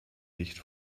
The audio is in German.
nicht